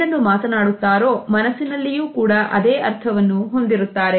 ಏನನ್ನು ಮಾತನಾಡುತ್ತಾರೋ ಮನಸ್ಸಿನಲ್ಲಿಯೂ ಕೂಡ ಅದೇ ಅರ್ಥವನ್ನು ಹೊಂದಿರುತ್ತಾರೆ